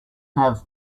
nav